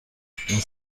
این